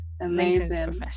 amazing